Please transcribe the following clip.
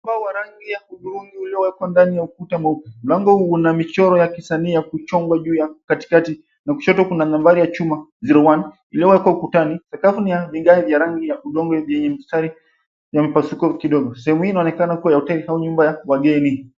...wa rangi ya hudhurungi uliowekwa ndani ya ukuta mweupe. Mlango huu una michoro ya kisanii ya kuchongwa juu ya katikati na kushoto kuna nambari ya chumba 01. Iliwekwa ukutani. Sakafu ni ya vigae vya rangi ya udongo vyenye mistari ya mapasuko kidogo. Sehemu hii inaonekana kuwa ya hoteli au nyumba ya wageni.